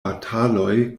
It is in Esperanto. bataloj